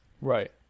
Right